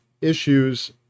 issues